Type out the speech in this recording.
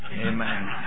Amen